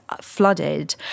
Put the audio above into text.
flooded